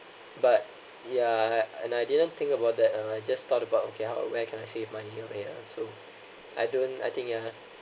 but yeah I I didn't think about that ah just thought about okay how where can I save money !aiya! so I don't I think